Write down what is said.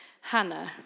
Hannah